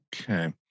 Okay